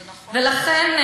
לכן,